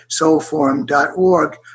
soulforum.org